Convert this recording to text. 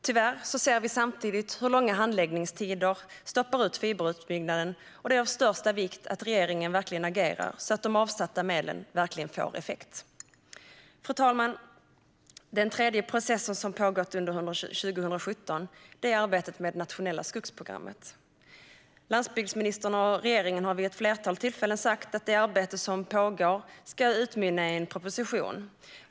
Tyvärr ser vi samtidigt hur långa handläggningstider stoppar fiberutbyggnaden, och det är av största vikt att regeringen agerar så att de avsatta medlen verkligen får effekt. Fru talman! Den tredje processen som pågått under 2017 är arbetet med det nationella skogsprogrammet. Landsbygdsministern och regeringen har vid ett flertal tillfällen sagt att det arbete som pågår ska utmynna i en proposition.